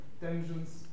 tensions